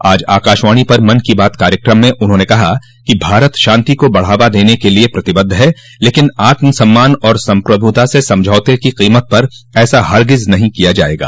आज आकाशवाणी पर मन की बात कार्यक्रम में उन्होंने कहा कि भारत शांति को बढ़ावा देने के लिए प्रतिबद्ध है लेकिन आत्म सम्मान और संप्रभुता से समझौते की कीमत पर ऐसा हरगिज नहीं किया जाएगा